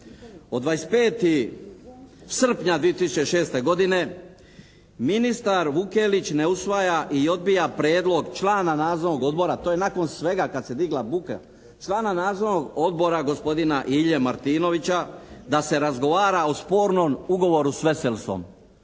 od 25. srpnja 2006. godine ministar Vukelić ne usvaja i odbija prijedlog člana nadzornog odbora. To je nakon svega kad se digla buka, člana nadzornog odbora gospodina Ilije Martinovića da se razgovara o spornom ugovoru s Veselsom.